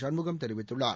சண்முகம் தெரிவித்துள்ளார்